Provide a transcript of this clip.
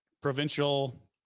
provincial